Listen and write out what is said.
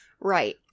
Right